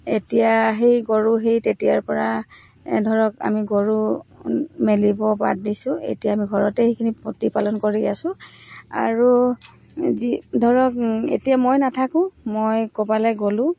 এতিয়া সেই গৰু সেই তেতিয়াৰপৰা ধৰক আমি গৰু মেলিব বাদ দিছোঁ এতিয়া আমি ঘৰতে সেইখিনি প্ৰতিপালন কৰি আছো আৰু যি ধৰক এতিয়া মই নাথাকোঁ মই ক'ৰবালৈ গ'লোঁ